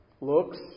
Looks